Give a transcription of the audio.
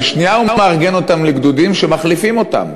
בשנייה הוא מארגן אותם לגדודים שמחליפים אותם,